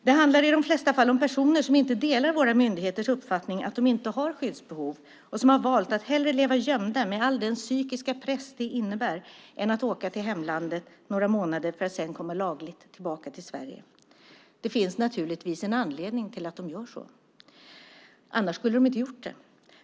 Det handlar i de flesta fall om personer som inte delar våra myndigheters uppfattning att de inte har skyddsbehov och som har valt att hellre leva gömda med all den psykiska press det innebär än att åka till hemlandet i några månader för att sedan komma lagligt tillbaka till Sverige. Det finns naturligtvis en anledning till att de gör så - annars skulle de inte ha gjort det.